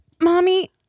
Mommy